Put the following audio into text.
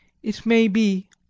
it may be!